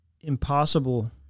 impossible